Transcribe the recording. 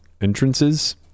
entrances